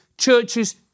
churches